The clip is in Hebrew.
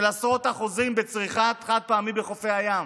של עשרות אחוזים, בצריכת חד-פעמי בחופי הים.